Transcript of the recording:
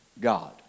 God